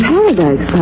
Paradise